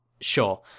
Sure